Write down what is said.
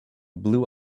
blue